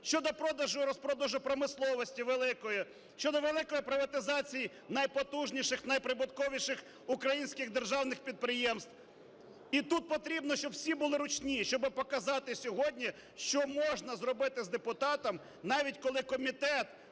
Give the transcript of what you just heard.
щодо продажу і розпродажу промисловості великої, щодо великої приватизації найпотужніших, найприбутковіших українських державних підприємств. І тут потрібно, щоб всі були ручні, щоб показати сьогодні, що можна зробити з депутатом, навіть коли комітет